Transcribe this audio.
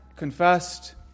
Confessed